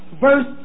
verse